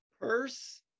Purse